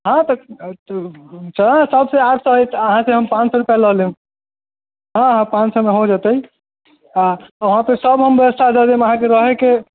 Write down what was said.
हँ तऽ सभसे आठ सए अछि अहाँसँ हम पाँच सए रुपैआ लऽ लेब हँ हँ पाँच सएमे हो जेतै हँ अहाँ तऽ सभ हम व्यवस्था दऽ देब अहाँके रहैके